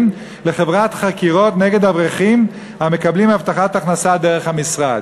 לחברת חקירות נגד אברכים המקבלים הבטחת הכנסה דרך המשרד.